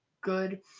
good